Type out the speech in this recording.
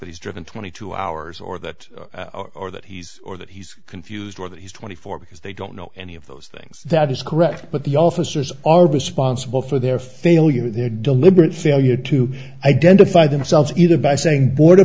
that he's driven twenty two hours or that or that he's or that he's confused or that he's twenty four because they don't know any of those things that is correct but the officers are responsible for their failure their deliberate failure to identify themselves either by saying border